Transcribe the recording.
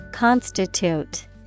Constitute